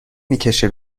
میکشه